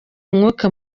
umwuka